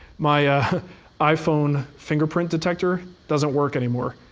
my iphone fingerprint detector doesn't work anymore.